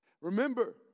Remember